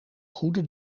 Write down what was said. goede